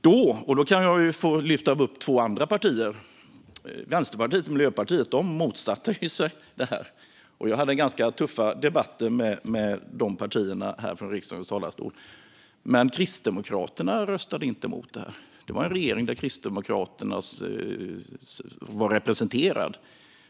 Vänsterpartiet och Miljöpartiet - två andra partier som jag kan lyfta upp - motsatte sig då det här. Jag hade ganska tuffa debatter med de partierna här i riksdagens talarstolar. Men Kristdemokraterna röstade inte emot det. Vi hade då en regering där Kristdemokraterna var representerade.